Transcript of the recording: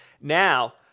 Now